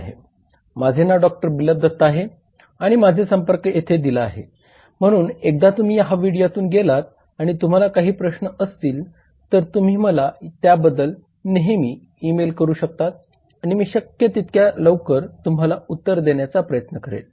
माझे नाव डॉ बिप्लब दत्ता आहे आणि माझे संपर्क येथे दिला आहे म्हणून एकदा तुम्ही या व्हिडीओतून गेलात आणि तुम्हाला काही प्रश्न असतील तर तुम्ही मला त्याबद्दल नेहमी ईमेल करू शकता आणि मी शक्य तितक्या लवकर तुम्हाला उत्तर देण्याचा प्रयत्न करेन